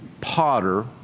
potter